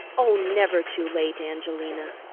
oh, never too late, angelina.